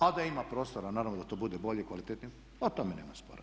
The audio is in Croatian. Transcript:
A da ima prostora naravno da to bude bolje i kvalitetnije o tome nema spora.